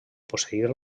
posseir